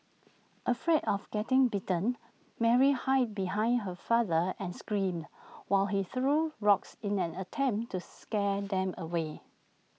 afraid of getting bitten Mary hid behind her father and screamed while he threw rocks in an attempt to scare them away